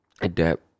adapt